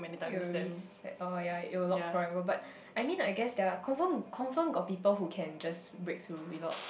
it will reset like oh ya it will lock forever but I mean I guess there are confirm confirm got people who can just break through without